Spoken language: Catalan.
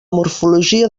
morfologia